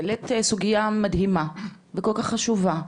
העלית סוגיה מדהימה וכל כך חשובה וכן,